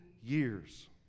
years